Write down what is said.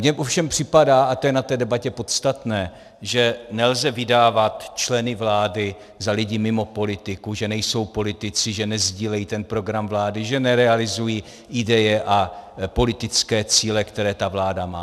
Mně ovšem připadá, a to je na té debatě podstatné, že nelze vydávat členy vlády za lidi mimo politiku, že nejsou politici, že nesdílejí ten program vlády, že nerealizují ideje a politické cíle, které ta vláda má.